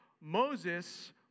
Moses